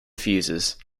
fuses